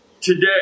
today